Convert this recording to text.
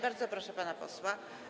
Bardzo proszę pana posła.